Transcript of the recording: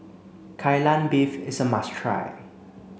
Kai Lan Beef is a must try